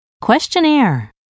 questionnaire